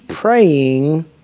praying